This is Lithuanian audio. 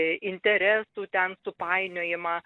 interesų ten supainiojimą